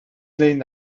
lynn